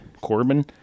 Corbin